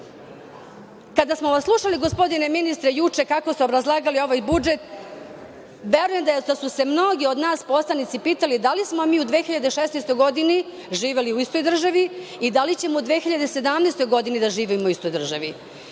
smo vas slušali, gospodine ministre, juče kako ste obrazlagali ovaj budžet, verujem da su se mnogi od nas poslanici pitali - da li smo mi u 2016. godini živeli u istoj državi i da li ćemo u 2017. godini da živimo u istoj državi?